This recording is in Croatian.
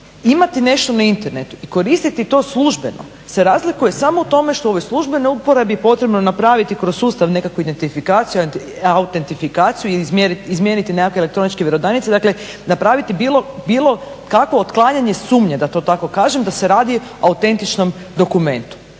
Imati nešto na internetu i koristiti to službeno se razlikuje samo u tome što je u ovoj službenoj uporabi potrebno napraviti kroz sustav nekakvu identifikaciju, autentifikaciju ili izmijeniti nekakve elektroničke vjerodajnice. Dakle, napraviti bilo kakvo otklanjanje sumnje da to tako kažem da se radi o autentičnom dokumentu.